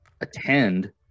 attend